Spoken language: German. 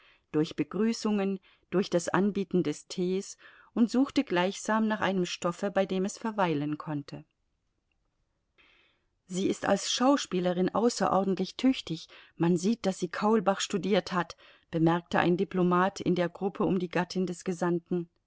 durch begrüßungen durch das anbieten des tees und suchte gleichsam nach einem stoffe bei dem es verweilen könnte sie ist als schauspielerin außerordentlich tüchtig man sieht daß sie kaulbach studiert hat bemerkte ein diplomat in der gruppe um die gattin des gesandten